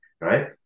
right